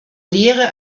lehre